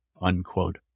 unquote